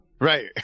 Right